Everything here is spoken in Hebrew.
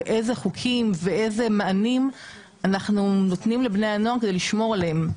ואיזה חוקים ואיזה מענים אנחנו נותנים לבני הנוער כדי לשמור עליהם?